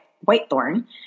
Whitethorn